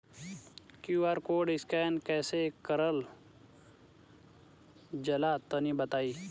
QR code scan कैसे क़रल जला तनि बताई?